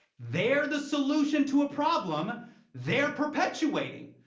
they're the solution to a problem they're perpetuating!